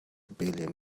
billion